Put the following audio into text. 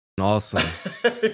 awesome